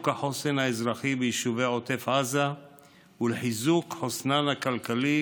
החוסן האזרחי ביישובי עוטף עזה ולחיזוק חוסנן הכלכלי